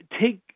take